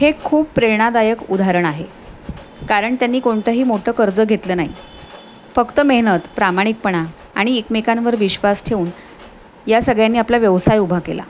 हे खूप प्रेरणादायक उदाहरण आहे कारण त्यांनी कोणतंही मोठं कर्ज घेतलं नाही फक्त मेहनत प्रामाणिकपणा आणि एकमेकांवर विश्वास ठेवून या सगळ्यांनी आपला व्यवसाय उभा केला